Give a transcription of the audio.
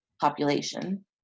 population